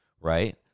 right